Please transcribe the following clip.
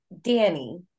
Danny